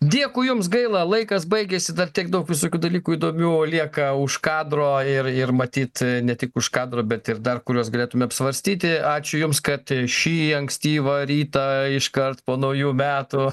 dėkui jums gaila laikas baigėsi dar tiek daug visokių dalykų įdomių lieka už kadro ir ir matyt ne tik už kadro bet ir dar kuriuos galėtume apsvarstyti ačiū jums kad šį ankstyvą rytą iškart po naujų metų